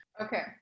Okay